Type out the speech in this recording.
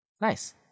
Nice